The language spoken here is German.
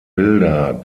bilder